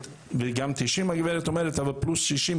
וגם 90 הגברת אומרת אבל + 60,